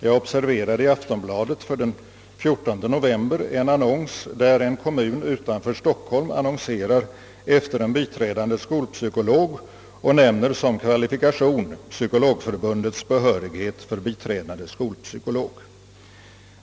Jag observerade t.ex. i Aftonbladet för den 14 november en annons, i vilken en kommun utanför Stockholm annonserade efter en biträdande skolpsykolog och som kvalifikation nämnde Psykologförbundets =: behörighetsbevis för biträdande skolpsykolog.